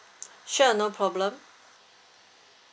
sure no problem